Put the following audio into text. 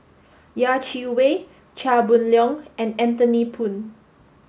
Yeh Chi Wei Chia Boon Leong and Anthony Poon